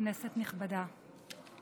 כנסת נכבדה,